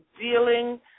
dealing